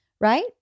right